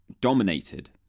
dominated